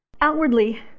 Outwardly